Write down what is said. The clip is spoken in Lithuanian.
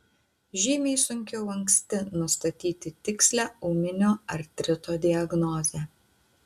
žymiai sunkiau anksti nustatyti tikslią ūminio artrito diagnozę